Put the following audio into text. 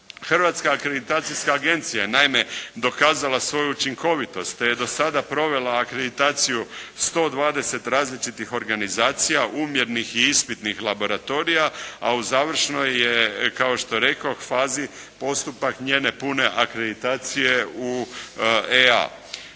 Hrvatska akreditacijska agencija je naime dokazala svoju učinkovitost te je do sada provela akreditaciju 120 različitih organizacija umjernih i ispitnih laboratorija, a u završnoj je kao što rekoh fazi, postupak njene pune akreditacije u EA.